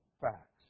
facts